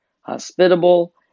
hospitable